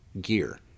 gear